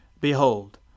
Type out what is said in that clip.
Behold